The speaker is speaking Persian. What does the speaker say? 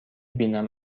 بینم